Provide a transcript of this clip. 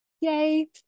Yay